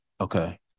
okay